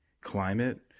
climate